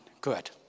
good